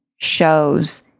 shows